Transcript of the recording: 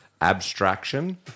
abstraction